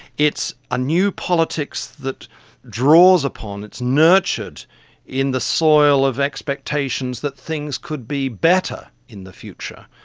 it's a new politics that draws upon, it's nurtured in the soil of expectations that things could be better in the future,